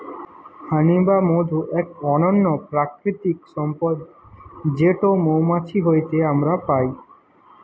হানি বা মধু এক অনন্য প্রাকৃতিক সম্পদ যেটো মৌমাছি হইতে আমরা পাই